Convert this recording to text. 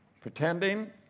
pretending